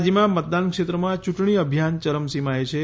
રાજ્યમાં મતદાનક્ષેત્રોમાં ચૂંટણી અભિયાન ચરમસીમાએ છે